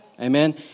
Amen